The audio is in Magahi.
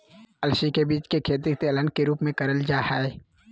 अलसी के बीज के खेती तेलहन के रूप मे करल जा हई